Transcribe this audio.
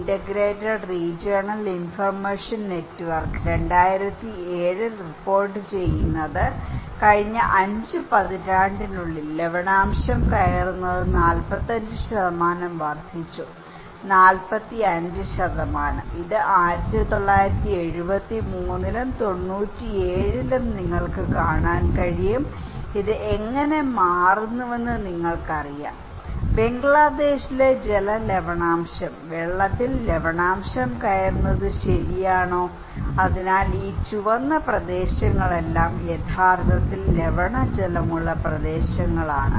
integrated regional information network 2007 report ചെയ്യുന്നത് കഴിഞ്ഞ 5 പതിറ്റാണ്ടിനുള്ളിൽ ലവണാംശം കയറുന്നത് 45 വർദ്ധിച്ചു 45 ഇത് 1973ലും 1997ലും നിങ്ങൾക്ക് കാണാൻ കഴിയും ഇത് എങ്ങനെ മാറുന്നുവെന്ന് നിങ്ങൾക്കറിയാം ബംഗ്ലാദേശിലെ ജല ലവണാംശം വെള്ളത്തിൽ ലവണാംശം കയറുന്നത് ശരിയാണോ അതിനാൽ ഈ ചുവന്ന പ്രദേശങ്ങളെല്ലാം യഥാർത്ഥത്തിൽ ലവണജലമുള്ള പ്രദേശങ്ങളാണ്